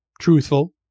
truthful